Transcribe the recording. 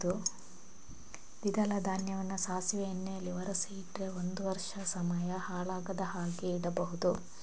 ದ್ವಿದಳ ಧಾನ್ಯವನ್ನ ಸಾಸಿವೆ ಎಣ್ಣೆಯಲ್ಲಿ ಒರಸಿ ಇಟ್ರೆ ಎಷ್ಟು ಸಮಯ ಹಾಳಾಗದ ಹಾಗೆ ಇಡಬಹುದು?